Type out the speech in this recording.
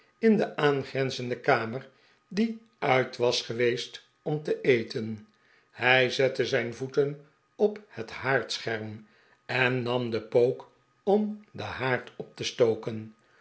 in de aangrenzende kamer die uit was geweest om te eten hij zette zijn voeten op het haardscherm en nam den pook om den haard op te stoken